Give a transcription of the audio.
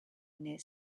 near